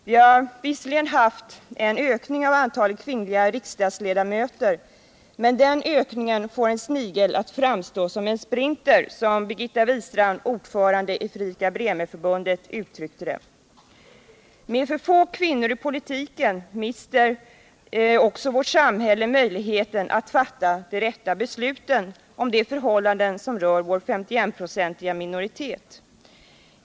Vi har visserligen haft en ökning av antalet kvinnliga riksdagsledamöter, men den ökningen får en snigel att framstå som en sprinter — som Birgitta Wistrand, ordförande i Fredrika-Bremer-förbundet, uttryckte det. Med för få kvinnor i politiken mister också vårt samhälle möjligheten att fatta de rätta besluten om de förhållanden som rör vår 5S1-procentiga majoritet.